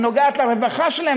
נוגע ברווחה שלהם,